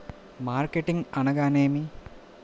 Marketing అనగానేమి?